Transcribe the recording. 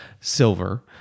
silver